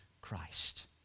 Christ